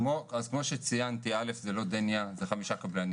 כמו שציינתי זה לא רק דניה, זה 5 קבלנים.